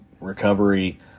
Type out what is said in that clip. recovery